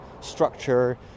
structure